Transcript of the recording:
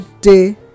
day